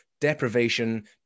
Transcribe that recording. deprivation